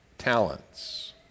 Talents